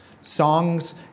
Songs